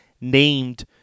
named